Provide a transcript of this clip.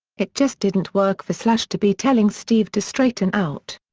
it just didn't work for slash to be telling steve to straighten out.